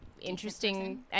interesting